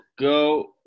go